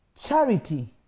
Charity